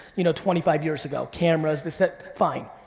you know twenty five years ago. cameras, this, that, fine.